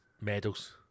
medals